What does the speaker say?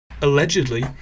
allegedly